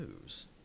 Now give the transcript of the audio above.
News